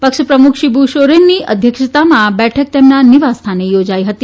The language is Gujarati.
પક્ષ પ્રમુખ શિબુ સોરેનની અધ્યક્ષતામાં આ બેઠક તેમના નિવાસસ્થાને યોજાઇ હતી